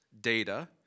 data